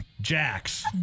Jax